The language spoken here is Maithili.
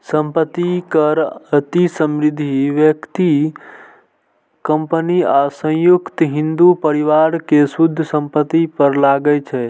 संपत्ति कर अति समृद्ध व्यक्ति, कंपनी आ संयुक्त हिंदू परिवार के शुद्ध संपत्ति पर लागै छै